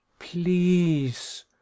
please